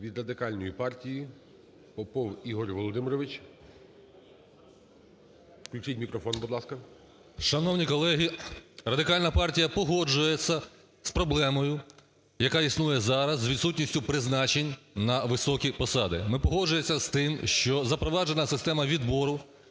Від Радикальної партії Попов Ігор Володимирович. Включіть мікрофон, будь ласка. 12:37:56 ПОПОВ І.В. Шановні колеги! Радикальна партія погоджується з проблемою, яка існує зараз з відсутністю призначень на високі посади. Погоджується з тим, що запроваджена система відбору